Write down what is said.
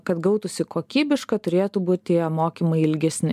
kad gautųsi kokybiška turėtų būti mokymai ilgesni